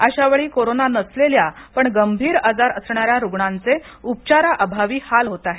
अशावेळी कोरोना नसलेल्या पण गंभीर आजार असणाऱ्या रुग्णांचे उपचाराअभावी हाल होत आहेत